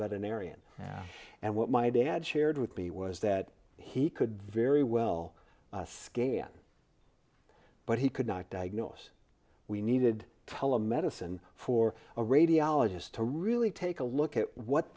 veterinarian and what my dad shared with me was that he could very well scan but he could not diagnose we needed telemedicine for a radiologist to really take a look at what